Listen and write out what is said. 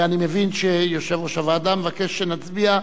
אני מבין שיושב-ראש הוועדה מבקש שנצביע,